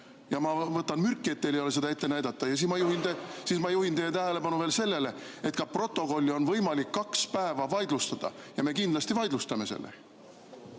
Ma võtan mürki, et teil ei ole seda ette näidata. Ma juhin teie tähelepanu veel sellele, et ka protokolli on võimalik kaks päeva vaidlustada, ja me kindlasti vaidlustame selle.